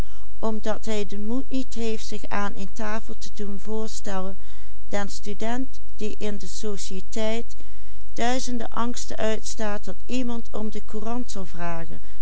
in de sociëteit duizend angsten uitstaat dat iemand om de courant zal vragen